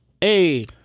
Hey